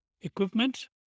equipment